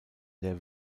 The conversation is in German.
der